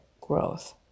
growth